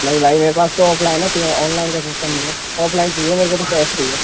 नहीं भाई मेरे पास तो ऑफलाइन है ऑनलाइन का सिस्टम नहीं है ऑफलाइन चाहिए मेरे को तो कैस चाहिए